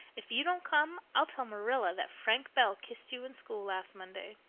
if you don't come i'll tell marilla that frank bell kissed you in school last monday.